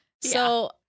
So-